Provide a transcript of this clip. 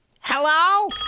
Hello